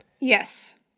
Yes